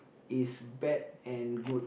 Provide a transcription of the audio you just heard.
is bad and good